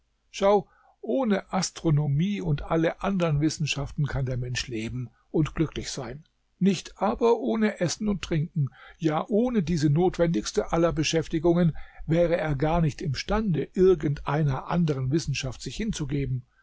schau ohne astronomie und alle andern wissenschaften kann der mensch leben und glücklich sein nicht aber ohne essen und trinken ja ohne diese notwendigste aller beschäftigungen wäre er gar nicht imstande irgend einer andern wissenschaft sich hinzugeben